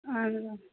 اہن حظ آ